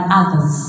others